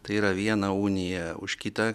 tai yra viena unija už kitą